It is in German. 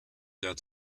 der